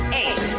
eight